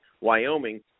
wyoming